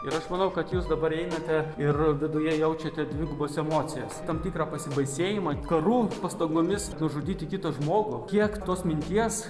ir aš manau kad jūs dabar einate ir viduje jaučiate dvigubus emocijas tam tikrą pasibaisėjimą karu pastangomis nužudyti kitą žmogų kiek tos minties